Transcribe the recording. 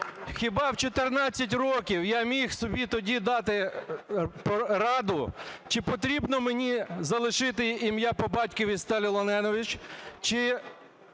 Хіба в 14 років я міг собі тоді дати раду, чи потрібно мені залишити ім'я по батькові Сталіноленович,